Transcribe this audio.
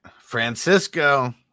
Francisco